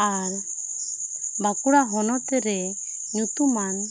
ᱟᱨ ᱵᱟᱸᱠᱩᱲᱟ ᱦᱚᱱᱚᱛ ᱨᱮ ᱧᱩᱛᱩᱢᱟᱱ